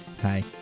Hi